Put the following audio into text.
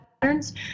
patterns